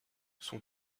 son